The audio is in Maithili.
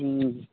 हूँ